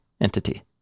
entity